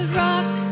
rock